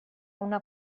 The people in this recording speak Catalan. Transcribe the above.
una